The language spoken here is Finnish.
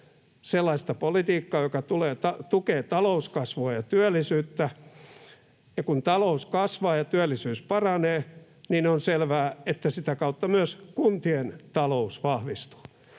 sellaista politiikkaa, joka tukee talouskasvua ja työllisyyttä. Kun talous kasvaa ja työllisyys paranee, niin on selvää, että sitä kautta myös kuntien talous vahvistuu.